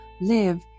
live